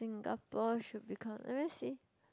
Singapore should become let me see